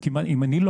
אם אני ל.